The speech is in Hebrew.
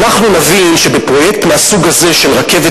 אנחנו נבין שבפרויקט מהסוג הזה של רכבת